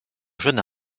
jeune